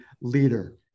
leader